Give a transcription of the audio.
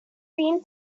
been